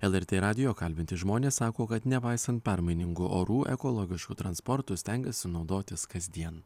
lrt radijo kalbinti žmonės sako kad nepaisant permainingų orų ekologišku transportu stengiasi naudotis kasdien